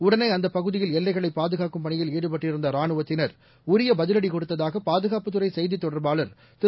உடனே அந்தப் பகுதியில் எல்லைகளைபாதுகாக்கும் பணியில் ஈடுபட்டிருந்தரானுவத்தினர் உரியபதிலடிகொடுத்ததாகபாதுகாப்புத்துறைசெய்திதொடர்பாளர் திரு